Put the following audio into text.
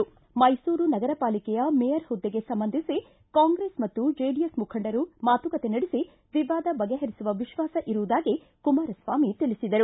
ಮೈಸೂರು ನಗರಪಾಲಿಕೆಯ ಮೇಯರ್ ಹುದ್ದೆಗೆ ಸಂಬಂಧಿಸಿ ಕಾಂಗ್ರೆಸ್ ಮತ್ತು ಜೆಡಿಎಸ್ ಮುಖಂಡರು ಮಾತುಕತೆ ನಡೆಸಿ ವಿವಾದ ಬಗೆಹರಿಸುವ ವಿಶ್ವಾಸ ಇರುವುದಾಗಿ ಕುಮಾರಸ್ವಾಮಿ ತಿಳಿಸಿದರು